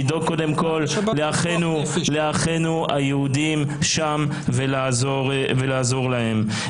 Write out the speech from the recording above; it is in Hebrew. לדאוג קודם כול לאחינו היהודים שם ולעזור להם.